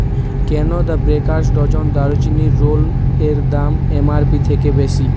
কেন the baker's dozen দারুচিনির roll এর দাম এম আর পি থেকে বেশি